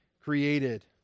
created